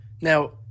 Now